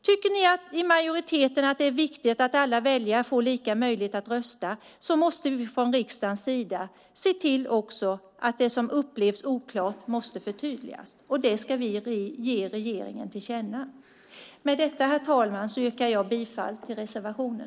Tycker ni i majoriteten att det är viktigt att alla väljare får lika möjlighet att rösta måste vi från riksdagens sida se till att det som upplevs oklart förtydligas, och det ska vi ge regeringen till känna. Herr talman! Jag yrkar bifall till reservationen.